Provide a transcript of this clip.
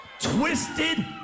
Twisted